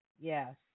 yes